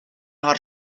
haar